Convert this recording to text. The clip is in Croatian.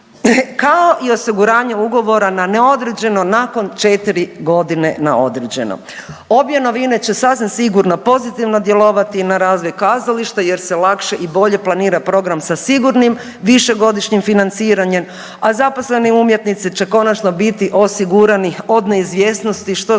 kao i osiguranje ugovora na neodređeno nakon 4 godine na određeno. Obje novine će sasvim sigurno pozitivno djelovati i na razvoj kazališta jer se lakše i bolje planira program sa sigurnim višegodišnjim financiranjem, a zaposleni umjetnici će konačno biti osigurani od neizvjesnosti što znači